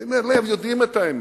אתם בלב יודעים את האמת.